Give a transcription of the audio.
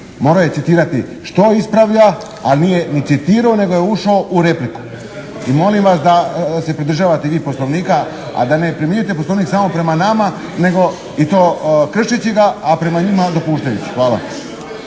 Morao je citirati što ispravlja, a nije ni citirao nego je ušao u repliku. I molim vas da se pridržavate i vi Poslovnika, a da ne primjenjujete Poslovnik samo prema nama, nego i to kršeći ga, a prema njima dopuštajući. Hvala.